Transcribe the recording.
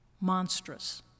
Monstrous